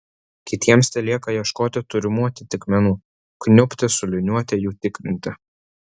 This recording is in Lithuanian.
kitiems telieka ieškoti turimų atitikmenų kniubti su liniuote jų tikrinti